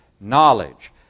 knowledge